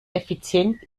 effizient